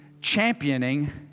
Championing